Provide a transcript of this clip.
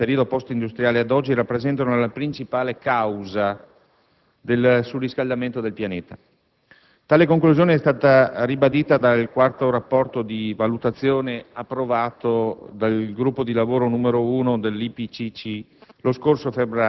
dal periodo *post*-industriale ad oggi, rappresentano la principale causa del surriscaldamento del pianeta. Tale conclusione è stata ribadita nel quarto rapporto di valutazione, approvato dal gruppo di lavoro n. 1